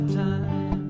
time